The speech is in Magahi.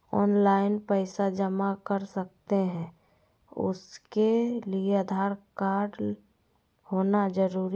ऑनलाइन पैसा जमा कर सकते हैं उसके लिए आधार कार्ड होना जरूरी है?